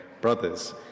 Brothers